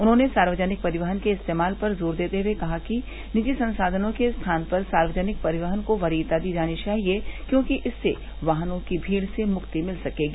उन्होंने सार्वजनिक परिवहन के इस्तेमाल पर जोर देते हए कहा कि निजी संसावनों के स्थान पर सार्वजनिक परिवहन को करीयता दी जानी चाहिए क्योंकि इससे वाहनों की मीड़ से मृक्ति मिल सर्कगी